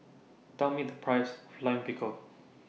Tell Me The Price of Lime Pickle